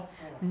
uh